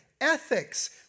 ethics